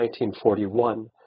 1941